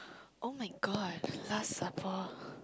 [oh]-my-god last supper